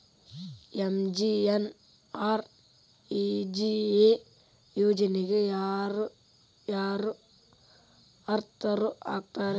MGNREGA ಯೋಜನೆಗೆ ಯಾರ ಯಾರು ಅರ್ಹರು ಆಗ್ತಾರ?